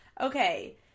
Okay